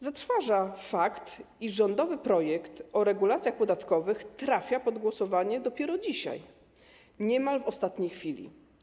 Zatrważa fakt, iż rządowy projekt o regulacjach podatkowych trafia pod głosowanie dopiero dzisiaj, niemal w ostatniej chwili.